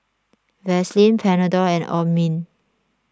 Vaselin Panadol and Obimin